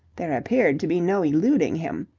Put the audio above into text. there appeared to be no eluding him.